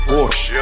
Porsche